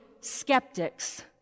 skeptics